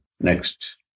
Next